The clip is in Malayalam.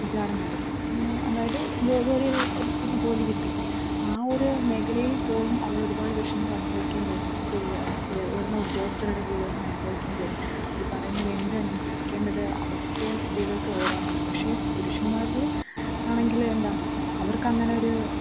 വിചാരം ഉണ്ട് അതായത് ജോലി ഒരു ഒരു സ്ത്രീക്ക് ജോലി കിട്ടി ആ ഒരു മേഖലയിൽ പോലും അവൾ ഒരുപാട് വിഷമങ്ങൾ അനുഭവിക്കേണ്ടി വരുന്നു ഇപ്പം ഉയർന്ന ഉദ്യോഗസ്ഥരുടെ കീഴിൽ നിന്ന് അനുഭവിക്കേണ്ടി വരുന്നു അവർ പറയുന്നത് എന്തും അനുസരിക്കേണ്ട ഒരു അവസ്ഥയും സ്ത്രീകൾക്ക് വരാറുണ്ട് പക്ഷേ പുരുഷന്മാരിൽ ആണെങ്കിൽ എന്താണ് അവർക്ക് അങ്ങനെ ഒരു